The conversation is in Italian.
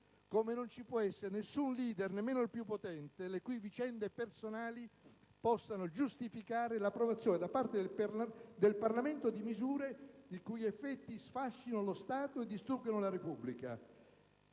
come non ci può essere nessun *leader*, nemmeno il più potente, le cui vicende personali possano giustificare l'approvazione da parte del Parlamento di misure i cui effetti sfascino lo Stato e distruggano la Repubblica.